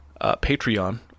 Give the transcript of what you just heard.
Patreon